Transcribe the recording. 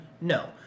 No